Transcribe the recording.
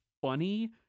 funny